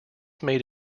made